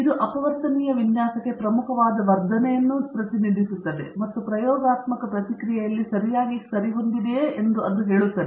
ಇದು ಅಪವರ್ತನೀಯ ವಿನ್ಯಾಸಕ್ಕೆ ಪ್ರಮುಖವಾದ ವರ್ಧನೆಯನ್ನೂ ಪ್ರತಿನಿಧಿಸುತ್ತದೆ ಮತ್ತು ಪ್ರಯೋಗಾತ್ಮಕ ಪ್ರತಿಕ್ರಿಯೆಯಲ್ಲಿ ಸರಿಯಾಗಿ ಸರಿಹೊಂದಿದೆಯೇ ಎಂದು ಅದು ಹೇಳುತ್ತದೆ